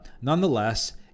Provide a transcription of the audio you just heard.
nonetheless